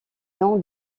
nom